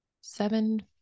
seven